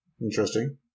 Interesting